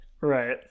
Right